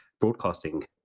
broadcasting